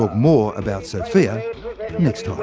ah more about sofia next